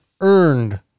earned